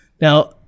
Now